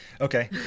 Okay